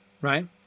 right